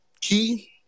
key